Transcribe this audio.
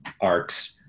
arcs